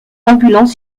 ambulants